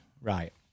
right